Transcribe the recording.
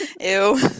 Ew